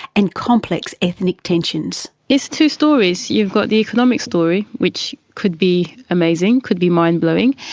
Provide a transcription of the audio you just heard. and complex ethnic tensions? it's two stories. you've got the economic story, which could be amazing, could be mind-blowing,